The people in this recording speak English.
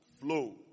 flow